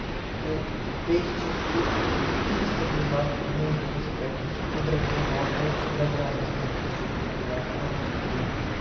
تہٕ بیٚیہِ چھُس بہٕ کیٚنٛژھا دِوان نیچرَس پٮ۪ٹھ یُس قُدرَتی ماحول سُہ بَچاونَس پٮ۪ٹھ تہِ چھُس بہٕ دِوان ترجیح کیوں کہِ